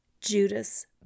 Judas